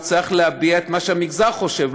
הוא צריך להביע את מה שהמגזר חושב,